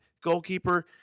goalkeeper